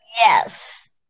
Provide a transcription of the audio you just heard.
Yes